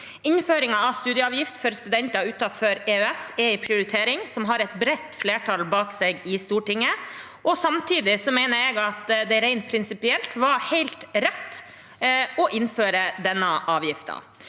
Innføringen av studieavgift for studenter utenfor EØS er en prioritering som har et bredt flertall bak seg i Stortinget. Samtidig mener jeg at det rent prinsipielt var helt rett å innføre denne avgiften.